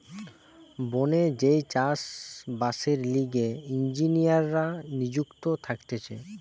বনে যেই চাষ বাসের লিগে ইঞ্জিনীররা নিযুক্ত থাকতিছে